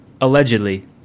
allegedly